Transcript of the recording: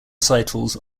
recitals